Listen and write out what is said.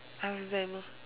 ask them lor